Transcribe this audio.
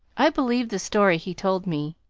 i believe the story he told me.